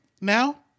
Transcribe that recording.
now